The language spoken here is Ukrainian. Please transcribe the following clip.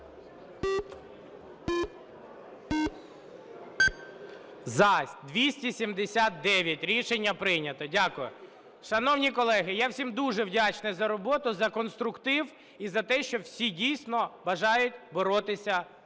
За-279 Рішення прийнято, дякую. Шановні колеги, я всім дуже вдячний за роботу, за конструктив і за те, що всі, дійсно, бажають боротися з